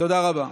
תודה רבה.